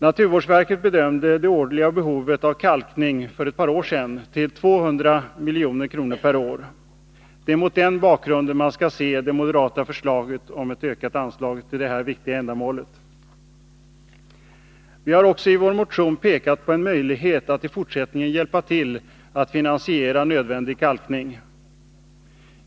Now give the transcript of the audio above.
Naturvårdsverket bedömde för ett par år sedan det årliga behovet av kalkning till 200 milj.kr. per år. Det är mot den bakgrunden man skall se det moderata förslaget om ökat anslag till detta viktiga ändamål. Vi har också i vår motion pekat på en möjlighet att i fortsättningen hjälpa till att finansiera nödvändig kalkning.